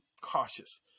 cautious